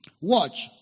Watch